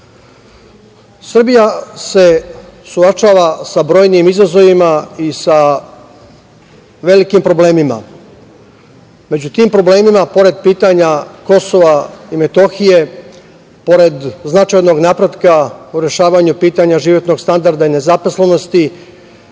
Srbija se suočava sa brojnim izazovima i sa velikim problemima. Među tim problemima, pored pitanja Kosova i Metohije, pored značajnog napretka u rešavanju pitanja životnog standarda i nezaposlenosti,